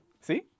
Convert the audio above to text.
See